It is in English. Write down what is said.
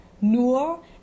nur